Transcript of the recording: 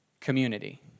Community